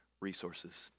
resources